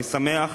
אני שמח